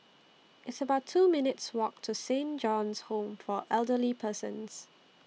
It's about two minutes' Walk to Saint John's Home For Elderly Persons